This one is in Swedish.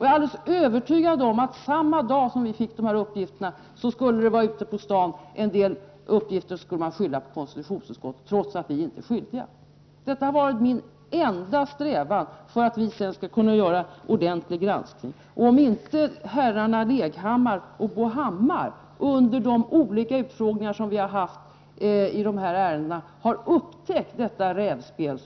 Jag är alldeles övertygad om att samma dag som vi fick de här uppgifterna skulle en del av dem vara ute på stan och man skulle skylla detta på konstitutionsutskottet trots att vi inte var skyldiga. Min enda strävan har varit att vi sedan skall kunna göra en ordentlig granskning. Om inte Bo Hammar och Hans Leghammar under de utfrågningar som vi har haft i de här ärendena har upptäckt detta rävspel,